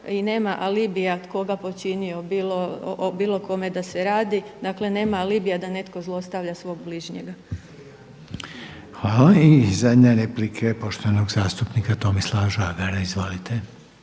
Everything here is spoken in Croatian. i nema alibija tko ga počinio o bilo kome da se radi, dakle nema alibija da netko zlostavlja svog bližnjega. **Reiner, Željko (HDZ)** Hvala. I zadnja replika poštovanog zastupnika Tomislava Žagara. Izvolite.